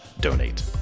donate